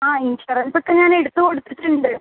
ആ ഇൻഷുറൻസൊക്കെ ഞാൻ എടുത്ത് കൊടുത്തിട്ടുണ്ട്